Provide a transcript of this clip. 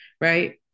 right